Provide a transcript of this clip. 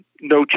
no